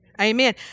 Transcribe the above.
Amen